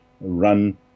run